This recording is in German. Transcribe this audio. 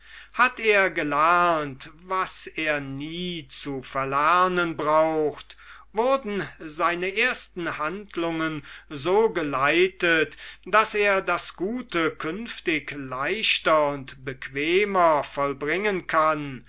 hat er gelernt was er nie zu verlernen braucht wurden seine ersten handlungen so geleitet daß er das gute künftig leichter und bequemer vollbringen kann